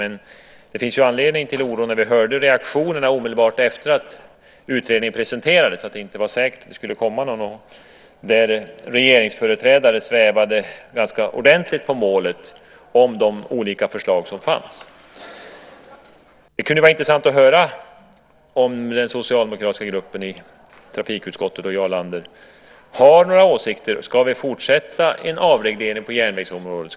Men det finns anledning till oro efter reaktionerna omedelbart efter det att utredningen presenterades. Det var ju inte säkert att det skulle komma någon proposition. Regeringsföreträdare svävade ganska ordentligt på målet kring de olika förslag som fanns. Det kunde vara intressant att höra om den socialdemokratiska gruppen i trafikutskottet och Jarl Lander har några åsikter. Ska vi fortsätta med en avreglering på järnvägsområdet?